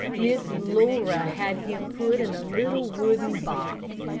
miss laura had him put in a little wooden box,